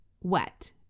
wet